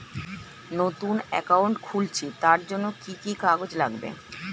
নতুন অ্যাকাউন্ট খুলছি তার জন্য কি কি কাগজ লাগবে?